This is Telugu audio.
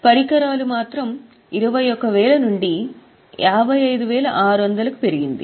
పరికరాలు మాత్రం 21000 నుండి 55600 కు పెరిగింది